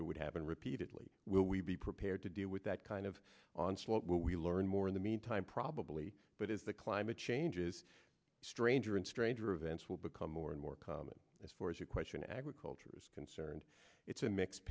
it would happen repeatedly will we be prepared to deal with that kind of onslaught what we learn more in the meantime probably but as the climate changes stranger and stranger events will become more and more common as far as your question agriculture is concerned it's a mixed